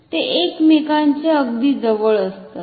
ते एकमेकांच्या अगदी जवळ असतात